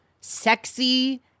sexy